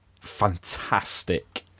fantastic